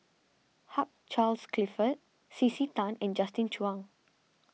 Hugh Charles Clifford C C Tan and Justin Zhuang